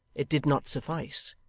it did not suffice,